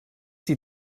see